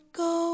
go